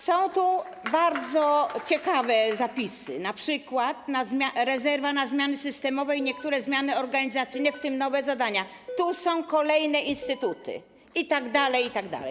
Są tu bardzo ciekawe zapisy, np. rezerwa na zmiany systemowe i niektóre zmiany organizacyjne, w tym nowe zadania - tu są kolejne instytuty itd., itd.